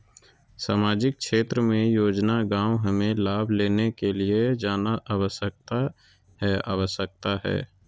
सामाजिक क्षेत्र योजना गांव हमें लाभ लेने के लिए जाना आवश्यकता है आवश्यकता है?